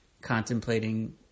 contemplating